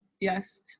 yes